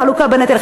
חלוקה בנטל.